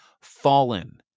Fallen